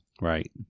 right